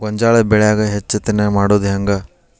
ಗೋಂಜಾಳ ಬೆಳ್ಯಾಗ ಹೆಚ್ಚತೆನೆ ಮಾಡುದ ಹೆಂಗ್?